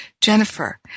Jennifer